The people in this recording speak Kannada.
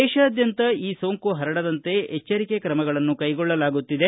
ದೇಶಾದ್ಯಂತ ಈ ಸೋಂಕು ಪರಡದಂತೆ ಎಚ್ಚರಿಕೆ ಕ್ರಮಗಳನ್ನು ಕೈಗೊಳ್ಳಲಾಗುತ್ತಿದೆ